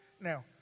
Now